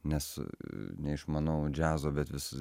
nes neišmanau džiazo bet vis